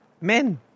men